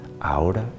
ahora